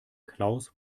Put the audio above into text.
klaus